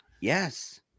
yes